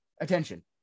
attention